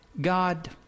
God